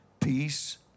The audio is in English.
Peace